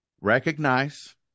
recognize